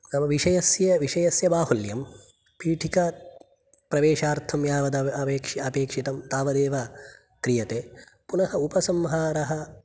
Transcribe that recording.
नाम विषयस्य विषयस्य बाहुल्यं पीठिकाप्रवेशार्थं यावदवे अपेक्षितं तावदेव क्रियते पुनः उपसंहारः